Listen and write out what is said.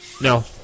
No